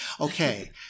Okay